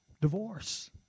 divorce